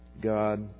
God